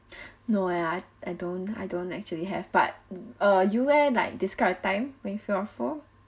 no I I don't I don't actually have but uh you eh like describe a time when you felt awful